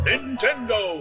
Nintendo